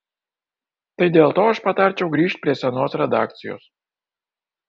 tai dėl to aš patarčiau grįžt prie senos redakcijos